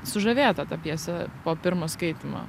sužavėta ta pjesė po pirmo skaitymo